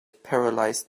paralysed